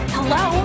Hello